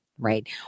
Right